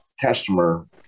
customer